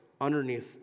underneath